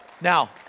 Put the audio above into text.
Now